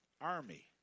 army